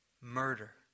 murder